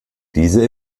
diese